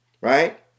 right